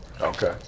Okay